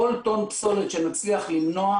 כל טון פסולת שנצליח למנוע,